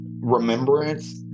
remembrance